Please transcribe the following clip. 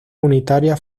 unitaria